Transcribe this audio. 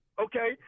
Okay